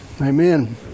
amen